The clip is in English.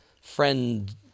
friend